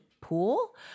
pool